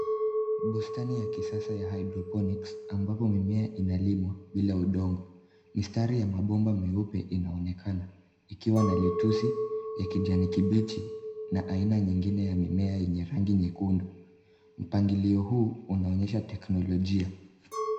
Bustani ya kisasa ya hydroponics ambapo mimea inalimwa bila udongo. Mistari ya mabomba meupe inaonekana, ikiwa na letusi ya kijani kibichi na aina nyingine ya mimea yenye rangi nyekundu. Mpangilio huu unaonyesha teknolojia.